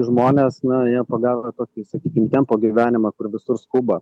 žmonės na jie pagauna tokį sakykim tempo gyvenimą kur visur skuba